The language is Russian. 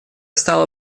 стало